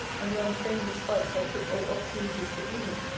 and the unfeigned despights i took all opportunities to do him,